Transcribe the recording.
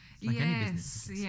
Yes